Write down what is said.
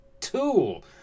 tool